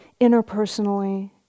interpersonally